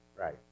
Right